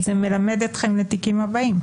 זה מלמד אתכם לתיקים הבאים?